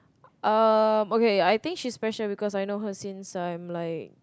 um okay I think she's special because I know her since I'm like